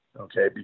Okay